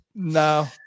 No